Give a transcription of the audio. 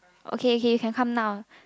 oh k k you can come now